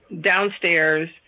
downstairs